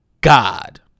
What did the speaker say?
God